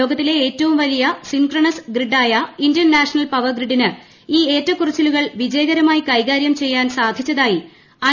ലോകത്തിലെ ് ഏറ്റവും വലിയ സിൻക്രണസ് ഗ്രിഡായ ഇന്ത്യൻ നാഷണൽ പവർ ഗ്രിഡിന് ഈ ഏറ്റക്കുറച്ചിലുകൾ വിജയകരമായി കൈകാരൃം ചെയ്യാൻ സാധച്ചതായി ഐ